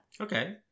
Okay